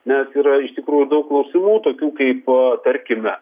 nes yra iš tikrųjų daug klausimų tokių kaip tarkime